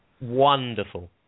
Wonderful